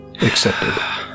Accepted